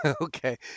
Okay